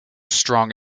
strong